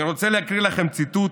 אני רוצה להגיד לכם ציטוט